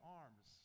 arms